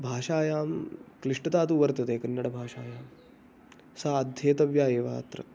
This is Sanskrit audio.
भाषायां क्लिष्टता तु वर्तते कन्नडभाषायां सा अध्येतव्या एव अत्र